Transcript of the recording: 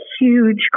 huge